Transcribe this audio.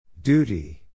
Duty